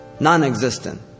non-existent